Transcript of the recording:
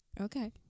Okay